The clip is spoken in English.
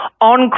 on